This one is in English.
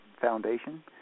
foundation